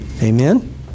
Amen